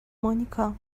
مونیکا